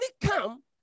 come